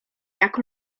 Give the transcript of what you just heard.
jak